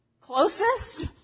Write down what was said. Closest